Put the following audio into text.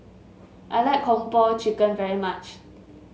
I like Kung Po Chicken very much